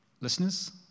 listeners